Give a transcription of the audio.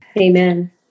Amen